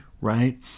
right